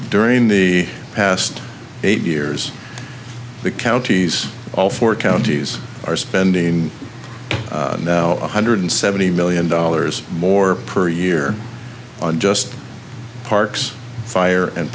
during the past eight years the counties all four counties are spending one hundred seventy million dollars more per year on just parks fire and